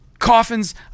coffins